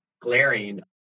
glaring